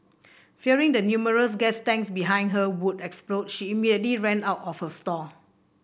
fearing the numerous gas tanks behind her would explode she immediately ran out of her stall